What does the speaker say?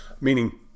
meaning